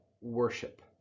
worship